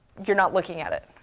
you're not looking at it.